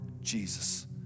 Jesus